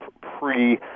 pre